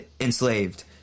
enslaved